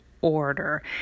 order